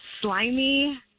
Slimy